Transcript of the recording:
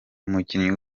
umukinnyi